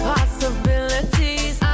Possibilities